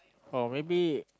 oh maybe